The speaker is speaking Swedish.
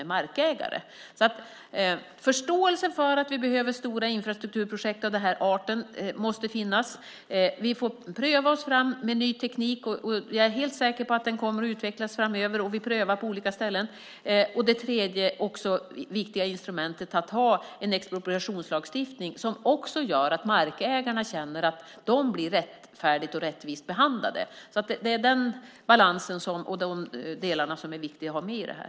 Det måste alltså finnas förståelse för att vi behöver stora infrastrukturprojekt av den här arten. Vi får pröva oss fram med ny teknik. Jag är helt säker på att tekniken kommer att utvecklas framöver och prövas på olika ställen. Och det tredje viktiga instrumentet är att ha en expropriationslagstiftning som också gör att markägarna känner att de blir rättfärdigt och rättvist behandlade. Det är den balansen och de delarna som är viktiga att ha med i det här.